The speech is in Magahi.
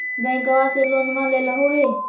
बैंकवा से लोनवा लेलहो हे?